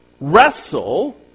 Wrestle